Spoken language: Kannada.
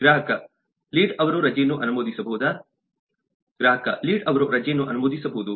ಗ್ರಾಹಕ ಲೀಡ್ ಅವರು ರಜೆಯನ್ನು ಅನುಮೋದಿಸಬಹುದು